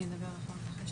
אני אדבר אחר כך.